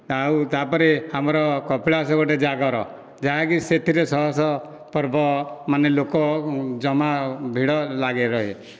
ଆଉ ତା'ପରେ ଆମର କପିଳାସ ଗୋଟେ ଜାଗର ଯାହାକି ସେଥିରେ ଶହଶହ ପର୍ବ ମାନେ ଲୋକ ଜମା ଭିଡ଼ ଲାଗି ରହେ